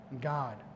God